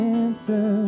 answer